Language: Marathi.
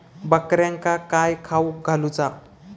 बकऱ्यांका काय खावक घालूचा?